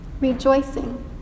rejoicing